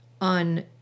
on